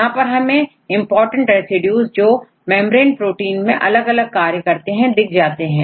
यहां पर हमें इंपॉर्टेंट रेसिड्यूज जो मेंब्रेन प्रोटीन में अलग अलग कार्य करते हैं दिख जाते हैं